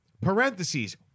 parentheses